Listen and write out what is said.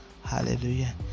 hallelujah